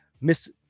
Miss